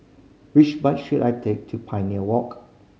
which bus should I take to Pioneer Walk